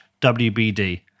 WBD